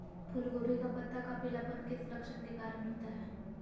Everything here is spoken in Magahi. फूलगोभी का पत्ता का पीलापन किस लक्षण के कारण होता है?